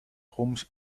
homes